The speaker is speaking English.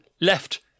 left